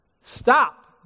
stop